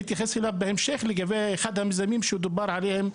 ואני אתייחס אליו בהמשך לגבי אחד המיזמים שדובר עליהם,